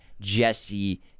Jesse